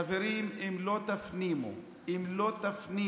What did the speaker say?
חברים, אם לא תפנימו, אם לא תפנימו